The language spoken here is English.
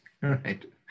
right